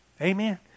Amen